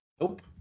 Nope